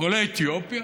עולי אתיופיה,